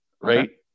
right